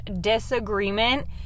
disagreement